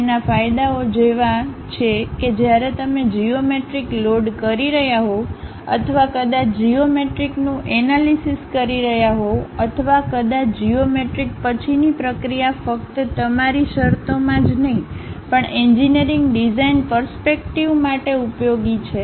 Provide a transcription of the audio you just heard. તેના ફાયદાઓ જેવા છે કે જ્યારે તમે જીઓમેટ્રિક લોડ કરી રહ્યા હોવ અથવા કદાચ જીઓમેટ્રિકનું એનાલિસિસ કરી રહ્યા હોવ અથવા કદાચ જીઓમેટ્રિક પછીની પ્રક્રિયા ફક્ત તમારી શરતોમાં જ નહીં પણ એન્જિનિયરિંગ ડિઝાઇન પર્સપએક્ટિવમાટે ઉપયોગી છે